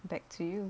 back to you